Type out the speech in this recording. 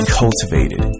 cultivated